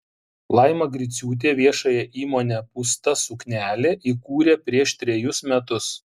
laima griciūtė viešąją įmonę pūsta suknelė įkūrė prieš trejus metus